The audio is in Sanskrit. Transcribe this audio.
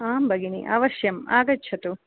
आं भगिना अवश्यम् आगच्छतु